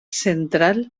central